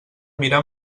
mirar